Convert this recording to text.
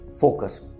focus